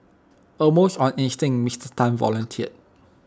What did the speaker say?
almost on instinct Mister Tan volunteered